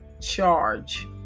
charge